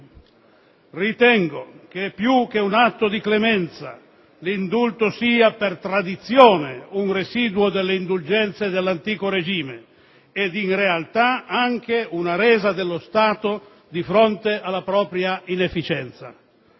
Ritengo che più che un atto di clemenza, l'indulto sia per tradizione un residuo dell'indulgenza dell'antico regime ed in realtà anche una resa dello Stato di fronte alla propria inefficienza.